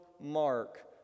mark